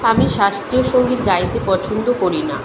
আমি শাস্ত্রীয় সংগীত গাইতে পছন্দ করি না